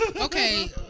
Okay